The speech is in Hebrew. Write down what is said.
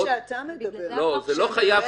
במקרים שאתה מדבר עליהם.